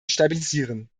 stabilisieren